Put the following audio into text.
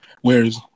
Whereas